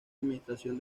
administración